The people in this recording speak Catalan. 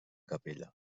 capella